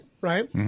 right